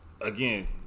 again